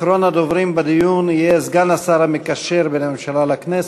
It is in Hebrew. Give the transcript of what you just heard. אחרון הדוברים בדיון יהיה סגן השר המקשר בין הממשלה לכנסת,